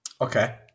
Okay